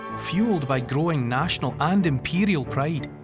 fuelled by growing national and imperial pride,